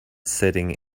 sitting